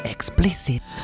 Explicit